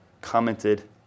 commented